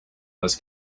was